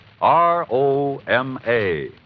R-O-M-A